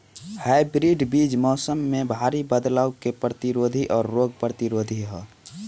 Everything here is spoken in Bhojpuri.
हाइब्रिड बीज मौसम में भारी बदलाव के प्रतिरोधी और रोग प्रतिरोधी ह